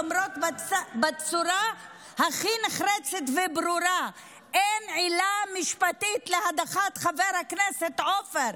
אומרות בצורה הכי נחרצת וברורה שאין עילה משפטית להדחת חבר הכנסת עופר.